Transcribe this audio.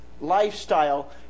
lifestyle